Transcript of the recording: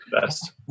Best